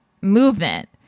movement